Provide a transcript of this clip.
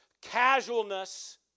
casualness